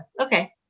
okay